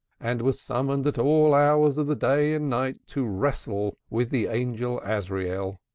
and was summoned at all hours of the day and night to wrestle with the angel azrael.